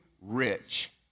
rich